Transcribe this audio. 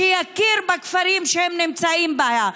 שיכיר בכפרים שהן נמצאות בהם,